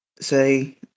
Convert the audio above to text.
say